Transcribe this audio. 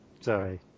Sorry